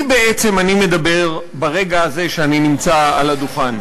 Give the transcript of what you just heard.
בעצם אני מדבר ברגע הזה שאני נמצא על הדוכן?